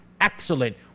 excellent